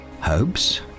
Hopes